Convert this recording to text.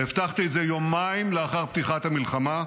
והבטחתי את זה יומיים לאחר פתיחת המלחמה,